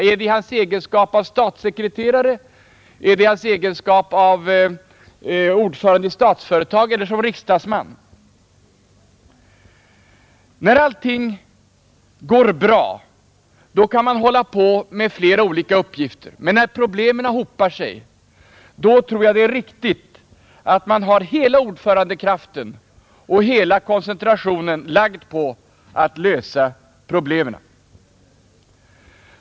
Är det i hans egenskap av statssekreterare, av ordförande i Statsföretag eller av riksdagsman? När allting går bra kan man hålla på med flera olika uppgifter, men när problemen hopar sig tror jag att det är riktigt att man har lagt hela ordförandekraften och hela koncentrationen på att lösa problemen.